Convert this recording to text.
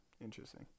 interesting